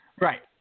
Right